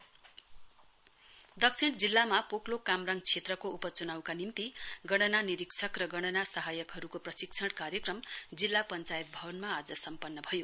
training for counting दक्षिण जिल्लाको पोकलोक कामराङ क्षेत्रको उपच्नाउका निम्ति गणना निरीक्षक र गणना सहायकहरूको प्रशिक्षण कार्यक्रम जिल्ला पञ्चायत भवनमा आज सम्पन्न भयो